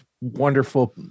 wonderful